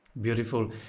Beautiful